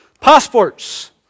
Passports